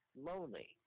lonely